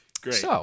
Great